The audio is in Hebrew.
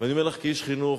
ואני אומר לך כאיש חינוך,